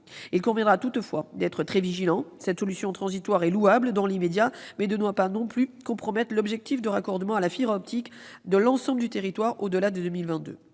Il conviendra toutefois d'être très vigilant : cette solution transitoire est louable dans l'immédiat, mais ne doit pas non plus compromettre l'objectif de raccordement à la fibre optique de l'ensemble du territoire au-delà de 2022.